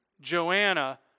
Joanna